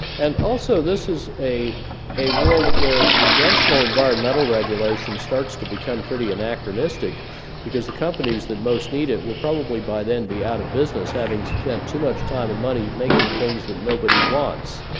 and also, this is a a world where conventional environmental regulation starts to become pretty anachronistic because the companies that most need it will probably by then be out of business having spent too much time and money making things that nobody wants,